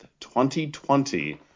2020